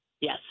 Yes